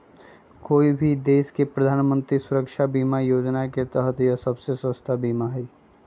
कोई भी देश के प्रधानमंत्री सुरक्षा बीमा योजना के तहत यह सबसे सस्ता बीमा हई